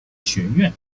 学院